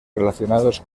relacionados